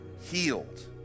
healed